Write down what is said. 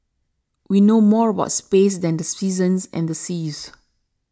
we know more about space than the seasons and the seas